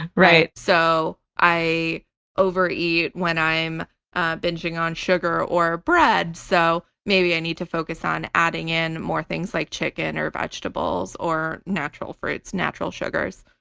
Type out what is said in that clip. so i overeat when i'm bingeing on sugar or bread, so maybe i need to focus on adding in more things like chicken or vegetables or natural fruits, natural sugars.